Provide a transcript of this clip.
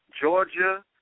Georgia